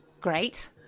Great